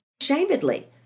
unashamedly